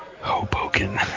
Hoboken